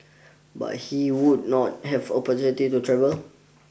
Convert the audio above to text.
but he would not have opportunity to travel